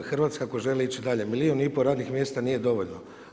Hrvatska ako želi ići dalje milijun i pol radnih mjesta nije dovoljno.